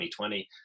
2020